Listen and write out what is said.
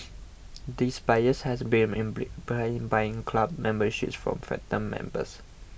these buyers had been buying buying club memberships from phantom members